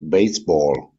baseball